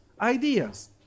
ideas